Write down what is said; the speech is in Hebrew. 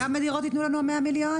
כמה דירות ייתנו לנו ה-100 מיליון?